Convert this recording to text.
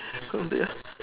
oh dear